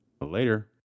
Later